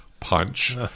Punch